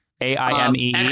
A-I-M-E